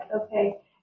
okay